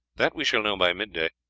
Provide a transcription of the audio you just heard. that we shall know by mid-day.